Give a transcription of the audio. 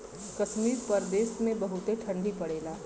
कश्मीर प्रदेस मे बहुते ठंडी पड़ेला